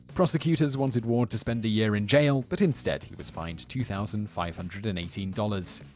prosecutors wanted ward to spend a year in jail, but instead he was fined two thousand five hundred and eighteen dollars.